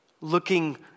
looking